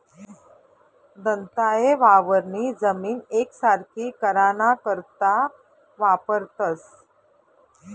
दंताये वावरनी जमीन येकसारखी कराना करता वापरतंस